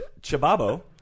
Chababo